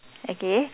okay